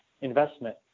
investment